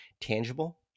tangible